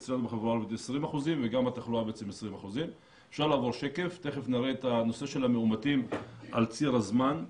אצלנו החברה הערבית היא 20% וגם התחלואה היא 20%. תיכף נראה את הנושא של המאומתים על ציר הזמן.